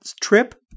trip